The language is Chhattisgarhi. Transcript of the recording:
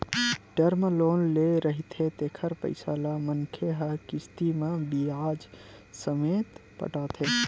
टर्म लोन ले रहिथे तेखर पइसा ल मनखे ह किस्ती म बियाज ससमेत पटाथे